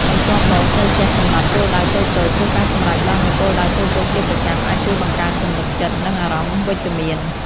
បន្ទាប់មកត្រូវចេះកំណត់គោលដៅតូចៗ ព្រោះការសម្រេចបាននូវគោលដៅតូចៗជាប្រចាំ អាចជួយបង្កើនទំនុកចិត្ត និងអារម្មណ៍វិជ្ជមាន។